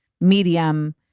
medium